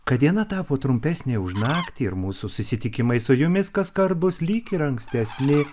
kad diena tapo trumpesnė už naktį ir mūsų susitikimai su jumis kaskart bus lyg ir ankstesni